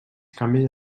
canvis